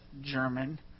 German